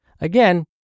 Again